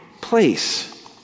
place